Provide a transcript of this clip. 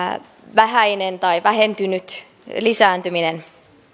vähäinen tai vähentynyt lisääntyminen